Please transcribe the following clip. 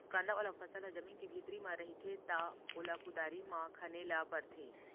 कांदा वाला फसल ह जमीन के भीतरी म रहिथे त ओला कुदारी म खने ल परथे